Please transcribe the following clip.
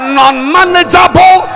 non-manageable